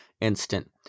instant